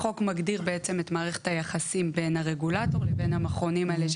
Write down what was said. החוק מגדיר בעצם את מערכת היחסים בין הרגולטור לבין המכונים האלה,